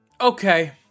Okay